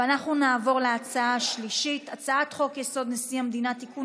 אנחנו נעבור להצעה השלישית: הצעת חוק-יסוד: נשיא המדינה (תיקון,